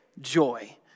joy